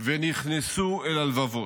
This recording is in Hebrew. ונכנסו אל הלבבות.